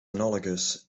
analogous